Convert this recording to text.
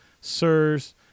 SIRS